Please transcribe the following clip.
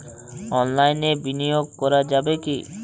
অনলাইনে বিনিয়োগ করা যাবে কি?